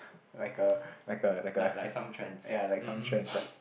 like a like a like a uh ya like some trends like